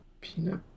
Peanut